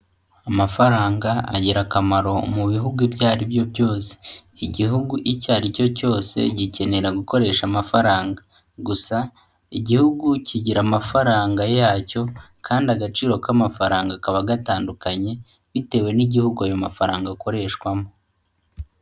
Amafaranga agira akamaro mu bihugu ibyo ari byo byose. Igihugu icyo aricyo cyose gikenera gukoresha amafaranga, gusa igihugu kigira amafaranga yacyo kandi agaciro k'amafaranga kaba gatandukanye, bitewe n'igihugu ayo mafaranga akoreshwamo.